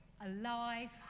alive